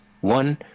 one